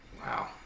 wow